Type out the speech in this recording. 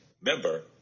Member